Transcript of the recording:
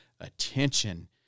attention